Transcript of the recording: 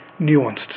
nuanced